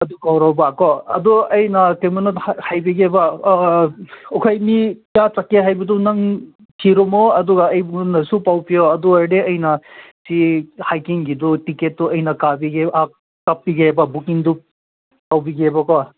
ꯑꯗꯨ ꯀꯧꯔꯣꯕꯀꯣ ꯑꯗꯨ ꯑꯩꯅ ꯀꯩꯅꯣꯝꯃ ꯍꯥꯏꯕꯤꯒꯦꯕ ꯑꯩꯈꯣꯏ ꯃꯤ ꯀꯌꯥ ꯆꯠꯀꯦ ꯍꯥꯏꯕꯗꯣ ꯅꯪ ꯊꯤꯔꯝꯃꯣ ꯑꯗꯨꯒ ꯑꯩꯉꯣꯟꯗꯁꯨ ꯄꯥꯎ ꯄꯤꯔꯛꯑꯣ ꯑꯗꯨꯑꯣꯏꯔꯗꯤ ꯑꯩꯅ ꯁꯤ ꯍꯥꯏꯛꯀꯤꯡꯒꯤꯗꯣ ꯇꯤꯛꯀꯦꯠꯇꯣ ꯑꯩꯅ ꯀꯛꯄꯤꯒꯦꯕ ꯕꯨꯛꯀꯤꯡꯗꯣ ꯇꯧꯕꯤꯒꯦꯕꯀꯣ